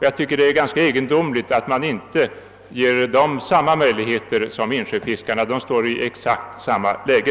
Jag tycker att det är ganska egendomligt att man inte vill ge saltsjöfiskarna samma möjligheter som insjöfiskarna; de befinner sig i exakt samma läge.